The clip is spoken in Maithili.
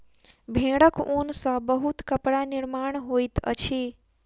भेड़क ऊन सॅ बहुत कपड़ा निर्माण होइत अछि